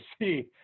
see